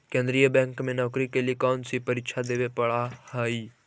केन्द्रीय बैंक में नौकरी के लिए कौन सी परीक्षा देवे पड़ा हई